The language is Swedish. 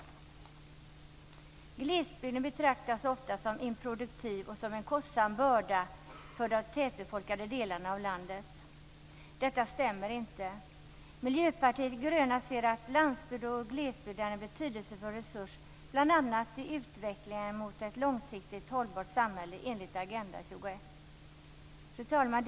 Glesbygden betraktas ofta som improduktiv och som en kostsam börda för de glesbefolkade delarna av landet. Detta stämmer inte. Miljöpartiet de gröna anser att landsbygd och glesbygd är en betydelsefull resurs bl.a. i utvecklingen mot ett långsiktigt hållbart samhälle enligt Agenda 21. Fru talman!